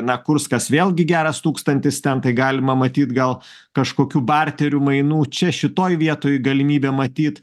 na kurskas vėlgi geras tūkstantis ten tai galima matyt gal kažkokių barterių mainų čia šitoj vietoj galimybė matyt